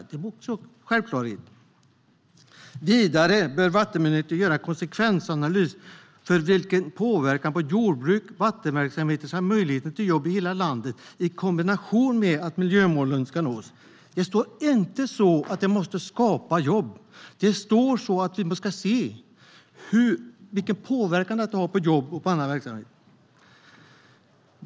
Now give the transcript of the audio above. Det är också en självklarhet. Vidare bör vattenmyndigheterna göra konsekvensanalyser av påverkan på jordbruk och vattenverksamheter samt möjligheten till jobb i hela landet i kombination med att miljömålen ska nås. Det står inte att det måste skapa jobb, utan det står att vi ska se vilken påverkan detta har på jobb och annan verksamhet.